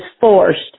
forced